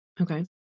Okay